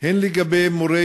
הן לגבי מורי